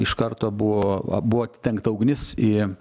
iš karto buvo buvo atidengta ugnis į